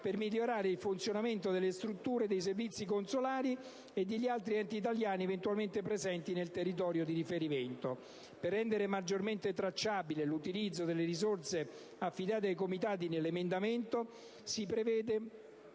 per migliorare il funzionamento delle strutture dei servizi consolari e degli altri enti italiani eventualmente presenti nel territorio di riferimento. Per rendere maggiormente tracciabile l'utilizzo delle risorse affidate ai Comitati, nell'emendamento si prevede